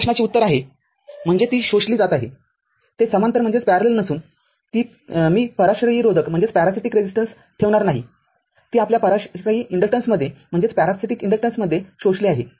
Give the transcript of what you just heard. या प्रश्नाचे उत्तर आहे म्हणजे ती शोषली जाते ते समांतर नसून मी पराश्रयी रोधक ठेवणार नाही ती आपल्या पराश्रयी इन्डक्टन्समध्ये शोषली आहे